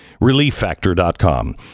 Relieffactor.com